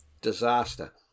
Disaster